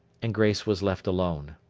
and grace was left alone.